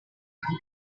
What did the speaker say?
tutti